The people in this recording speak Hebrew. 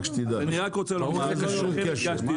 הדגשתי,